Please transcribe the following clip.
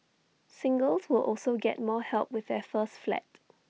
singles will also get more help with their first flat